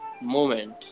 moment